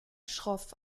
schroff